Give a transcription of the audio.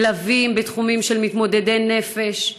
מלווים בתחומים של מתמודדי נפש,